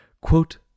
Quote